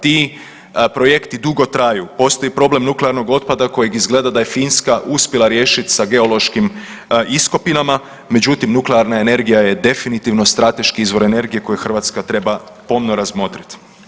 Ti projekti dugo traju, postoji problem nuklearnog otpada kojeg izgleda da je Finska uspjela riješiti sa geološkim iskopinama, međutim nuklearna energija je definitivno strateški izvor energije koji Hrvatska treba pomno razmotriti.